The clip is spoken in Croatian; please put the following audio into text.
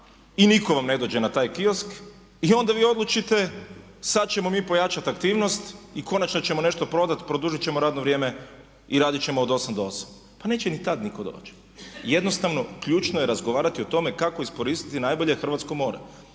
i nitko vam ne dođe na taj kiosk i onda vi odlučite sad ćemo mi pojačati aktivnost i konačno ćemo nešto prodati, produžit ćemo radno vrijeme i radit ćemo od 8 do 20. Pa neće ni tad nitko doći. Jednostavno, ključno je razgovarati o tome kako iskoristiti najbolje hrvatsko more.